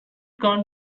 corn